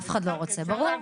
אף אחד לא רוצה, ברור.